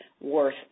worth